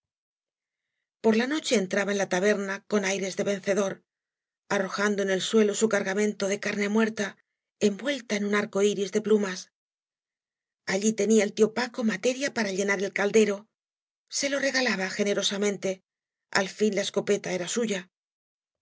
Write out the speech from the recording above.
por la noche entraba en la taberna con aires de vencedor arrojando en el suelo su cargamento de carne muerta envuelta en un arco iris de plumas allí tenía el tío paco materia para llenar el caldero sa lo regalaba generosamente al fin la escopeta era suya y